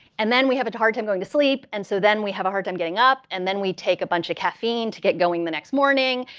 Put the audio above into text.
and then we have a hard time going to sleep. and so then we have a hard time getting up, and then we take a bunch of caffeine to get going the next morning.